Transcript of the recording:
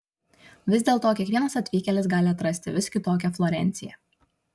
vis dėlto kiekvienas atvykėlis gali atrasti vis kitokią florenciją